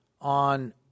on